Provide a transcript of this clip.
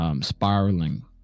spiraling